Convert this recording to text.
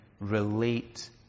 relate